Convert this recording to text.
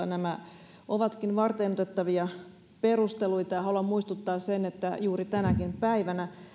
nämä ovatkin varteenotettavia perusteluita ja haluan muistuttaa siitä että juuri tänäkin päivänä